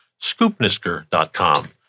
scoopnisker.com